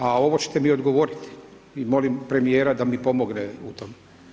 A ovo ćete mi odgovoriti i molim premjera da mi pomogne u tome.